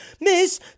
Miss